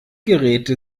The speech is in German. geräte